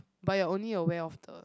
but you're only aware of the